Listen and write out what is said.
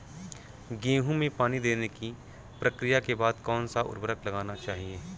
गेहूँ में पानी देने की प्रक्रिया के बाद कौन सा उर्वरक लगाना चाहिए?